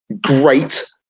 great